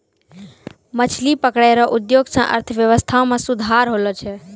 मछली पकड़ै रो उद्योग से अर्थव्यबस्था मे सुधार होलो छै